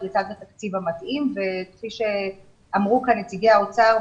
קבלת התקציב המתאים וכפי שאמרו כאן נציגי האוצר,